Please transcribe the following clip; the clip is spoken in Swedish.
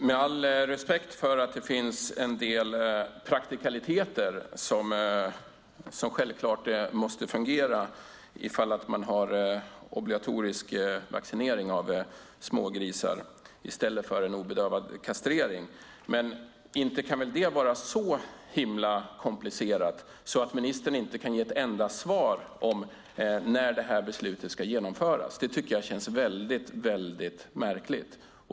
Fru talman! Med all respekt för att det finns en del praktikaliteter som självklart måste fungera ifall man har obligatorisk vaccinering av smågrisar i stället för obedövad kastrering kan det väl inte vara så himla komplicerat att ministern inte kan ge ett enda svar på när det här beslutet ska genomföras. Det tycker jag känns väldigt märkligt.